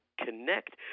connect